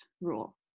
rule